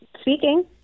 Speaking